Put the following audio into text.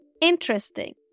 Interesting